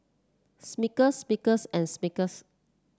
Smuckers Smuckers and Smuckers